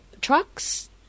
trucks